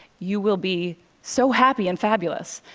you will be so happy and fabulous.